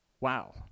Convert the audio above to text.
Wow